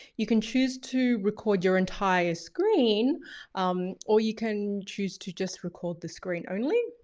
you can choose to record your entire screen um or you can choose to just record the screen only